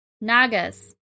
Nagas